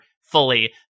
fully